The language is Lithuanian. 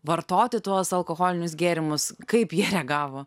vartoti tuos alkoholinius gėrimus kaip ji reagavo